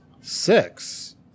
six